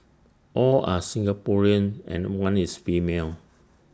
all are Singaporeans and one is female